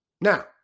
Now